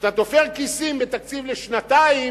כשאתה תופר כיסים בתקציב לשנתיים,